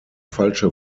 falsche